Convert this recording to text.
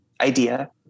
idea